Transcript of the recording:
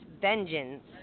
Vengeance